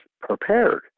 prepared